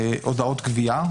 להודעות גבייה,